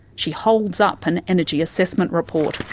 she holds up an energy assessment report.